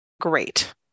great